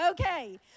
Okay